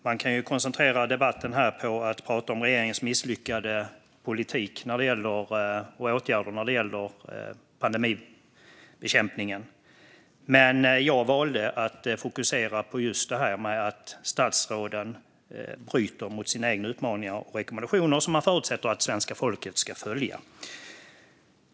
Man kunde ha koncentrerat debatten här till att prata om regeringens misslyckade politik och åtgärder när det gäller pandemibekämpningen, men jag valde att fokusera på just detta att statsråden bryter mot sina egna uppmaningar och rekommendationer som man förutsätter att svenska folket ska följa.